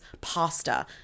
pasta